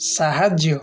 ସାହାଯ୍ୟ